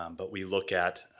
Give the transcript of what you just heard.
um but we look at